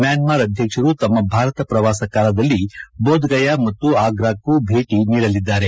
Myanmar ಅಧ್ಯಕ್ಷರು ತಮ್ನ ಭಾರತ ಪ್ರವಾಸ ಕಾಲದಲ್ಲಿ ಬೋಧ್ಗಯಾ ಮತ್ತು ಆಗ್ರಾಕ್ಕೂ ಭೇಟಿ ನೀಡಲಿದ್ದಾರೆ